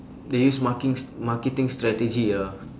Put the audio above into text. they use marking s~ marketing strategy ah